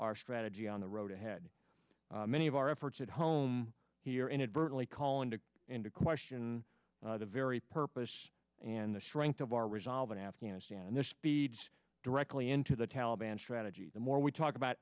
our strategy on the road ahead many of our efforts at home here inadvertently call into into question the very purpose and the strength of our resolve in afghanistan and the speeds directly into the taliban strategy the more we talk about